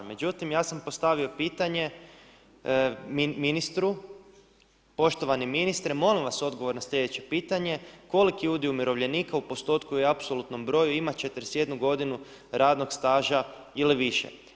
Međutim, ja sam postavio pitanje ministru, poštovani ministre molim vas odgovor na sljedeće pitanje, koliki udio umirovljenika u postotku i apsolutnom broju ima 41 godinu radnog staža ili više.